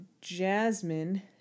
Jasmine